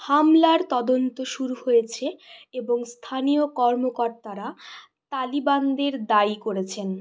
হামলার তদন্ত শুরু হয়েছে এবং স্থানীয় কর্মকর্তারা তালিবানদের দায়ী করেছেন